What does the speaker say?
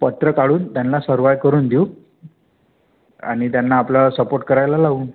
पत्र काढून त्यानला सर्वाय करून देऊ आणि त्यांना आपल्याला सपोर्ट करायला लावू